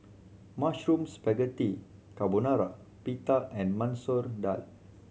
Mushroom Spaghetti Carbonara Pita and Masoor Dal